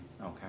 Okay